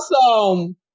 awesome